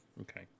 Okay